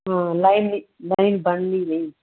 ਹਾਂ ਲਾਇਨ ਨਹੀਂ ਲਾਇਨ ਬਣ ਨਹੀਂ ਰਹੀ